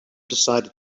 decided